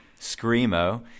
Screamo